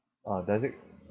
ah does it